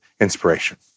inspiration